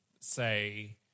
say